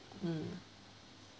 mm